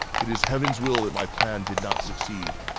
it is heaven's will that my plan did not succeed!